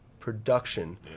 Production